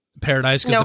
Paradise